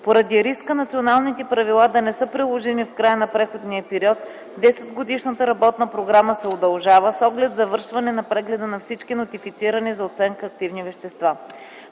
Поради риска националните правила да не са приложими в края на преходния период, 10 годишната работна програма се удължава, с оглед завършване на прегледа на всички нотифицирани за оценка активни вещества.